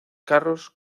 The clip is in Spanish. carros